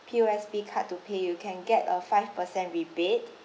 P_O_S_B card to pay you can get a five percent rebate